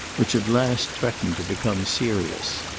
which at last threatened to become serious.